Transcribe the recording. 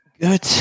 Good